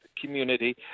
community